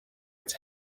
its